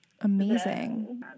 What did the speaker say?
Amazing